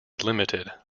limited